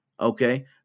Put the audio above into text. Okay